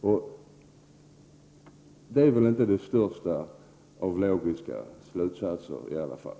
Däri ligger väl inte den största logik i alla fall.